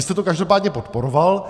Vy jste to každopádně podporoval.